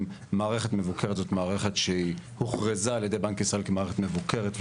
מערכת מבוקרת היא מערכת שהוכרזה על ידי בנק ישראל כמערכת מבוקרת,